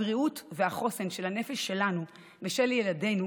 הבריאות והחוסן של הנפש שלנו ושל ילדינו